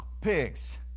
pigs